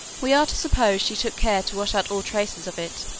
we are to suppose she took care to wash out all traces of it,